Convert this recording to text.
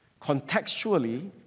Contextually